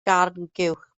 carnguwch